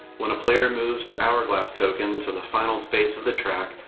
when a player moves the hourglass token to the final space of the track,